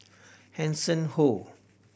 Hanson Ho